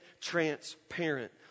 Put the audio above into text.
transparent